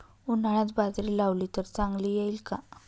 उन्हाळ्यात बाजरी लावली तर चांगली येईल का?